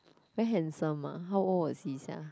very handsome ah how old was he sia